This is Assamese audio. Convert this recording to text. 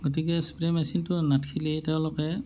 গতিকে স্প্ৰে' মেচিনটো নাথাকিলে তেওঁলোকে